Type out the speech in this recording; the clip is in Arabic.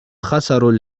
خسروا